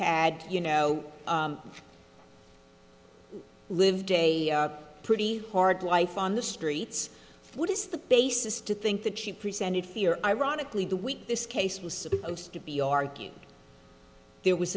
had you know lived a pretty hard life on the streets what is the basis to think that she presented fear ironically the week this case was supposed to be argued there was